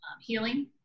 healing